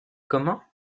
comment